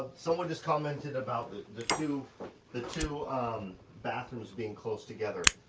someone just commented about the, the two the two bathrooms being close together,